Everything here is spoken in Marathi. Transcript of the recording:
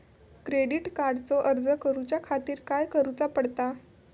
क्रेडिट कार्डचो अर्ज करुच्या खातीर काय करूचा पडता?